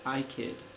iKid